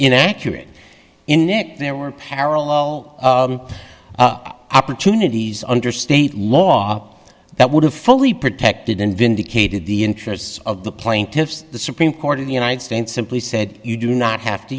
inaccurate inec there were parallel opportunities under state law that would have fully protected and vindicated the interests of the plaintiffs the supreme court of the united states simply said you do not have to